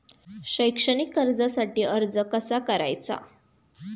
शैक्षणिक कर्जासाठी अर्ज कसा करायचा?